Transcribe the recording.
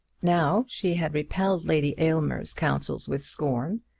now she had repelled lady aylmer's counsels with scorn,